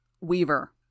Weaver